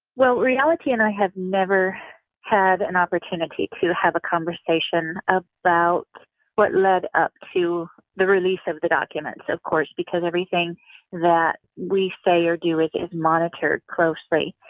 well reality and i have never had an opportunity to have a conversation about what led up to the release of the documents, of course, because everything that we say or do is like and monitored closely.